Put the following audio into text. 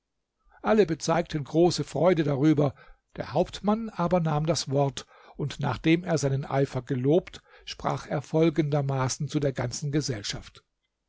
alle bezeigten große freude darüber der hauptmann aber nahm das wort und nachdem er seinen eifer gelobt sprach er folgendermaßen zu der ganzen gesellschaft